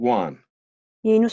one